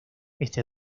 este